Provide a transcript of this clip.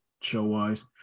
show-wise